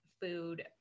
food